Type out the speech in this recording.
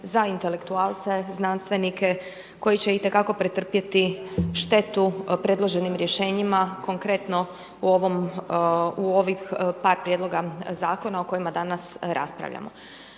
za intelektualce, znanstvenike koji će itekako pretrpjeti štetu predloženim rješenjima, konkretno u ovih par prijedloga zakona o kojima danas raspravljamo.